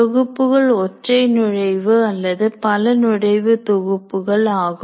தொகுப்புகள் ஒற்றை நுழைவு அல்லது பல நுழைவு தொகுப்புகள் ஆகும்